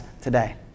today